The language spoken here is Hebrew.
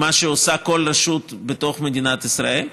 מה שעושה כל רשות בתוך מדינת ישראל.